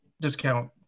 discount